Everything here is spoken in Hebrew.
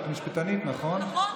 את משפטנית, נכון?